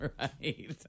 right